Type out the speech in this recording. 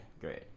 great